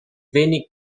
wenig